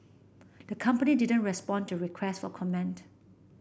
the company didn't respond to requests for comment